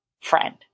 friend